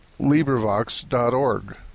LibriVox.org